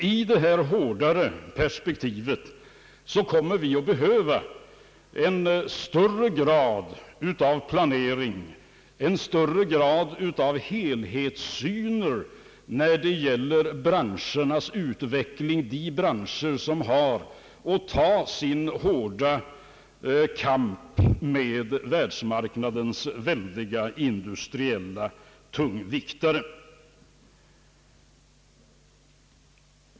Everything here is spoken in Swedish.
I det hårdare perspektivet kommer vi att behöva en högre grad av planering, högre grad av helhetssyn när det gäller branschernas utveckling — de branscher som har att ta upp sin hårda kamp med världsmarknadens väldiga industriella tungviktare.